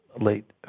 late